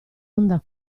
onda